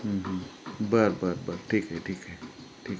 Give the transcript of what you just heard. बरं बरं बरं ठीक आहे ठीक आहे ठीक आहे